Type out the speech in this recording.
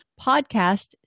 podcast